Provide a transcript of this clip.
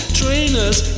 trainers